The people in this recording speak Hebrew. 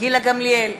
גילה גמליאל,